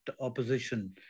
opposition